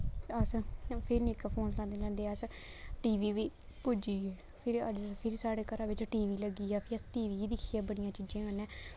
अस फिर निक्का फोन चलांदे चलांदे अस टी वी बी पुज्जी गे फिर अज्ज फिरी साढ़े घरा बिच्च टी वी लग्गी आ फ्ही अस टी वी गी दिक्खियै बड़ियें चीजें कन्नै